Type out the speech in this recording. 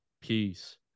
peace